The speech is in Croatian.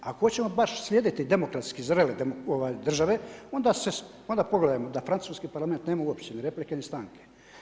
Ako baš hoćemo slijediti demokratski zrele države, onda pogledajmo da Francuski parlament nema uopće ni replike, ni stanke.